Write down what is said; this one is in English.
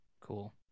Cool